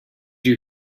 you